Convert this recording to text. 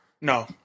No